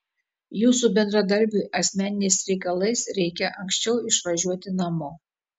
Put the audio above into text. jūsų bendradarbiui asmeniniais reikalais reikia anksčiau išvažiuoti namo